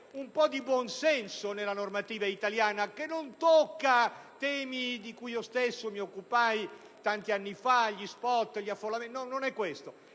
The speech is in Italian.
un po' di buon senso nella normativa italiana, che non tocca temi di cui io stesso mi occupai tanti anni fa, come ad esempio l'affollamento degli *spot*.